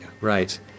Right